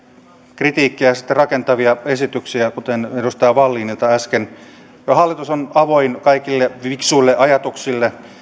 kritiikkiä ja sitten rakentavia esityksiä kuten edustaja wallinilta äsken kyllä hallitus on avoin kaikille fiksuille ajatuksille